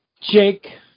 Jake